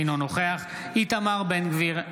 אינו נוכח איתמר בן גביר,